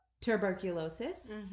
tuberculosis